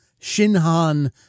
Shinhan